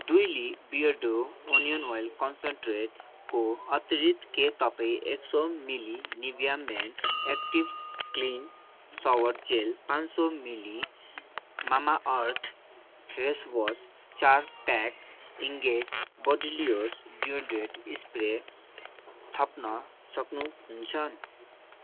दुई लि Beardo onion oil कन्सन्ट्रेटको अतिरिक्त के तपाईँ एक सय मिलि Nivea men active clean shower gel पाँच सय मिलि ममा अर्थ फेस वास चार प्याक इन्गेज बडी लियोज डियोडोरेन्ट स्प्रे थप्न सक्नु हुन्छ